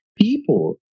People